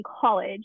college